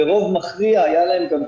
ברוב מכריע היה להם גם כיסוי.